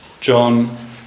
John